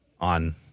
on